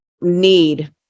need